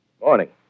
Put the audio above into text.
Morning